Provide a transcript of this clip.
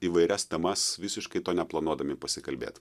įvairias temas visiškai to neplanuodami pasikalbėt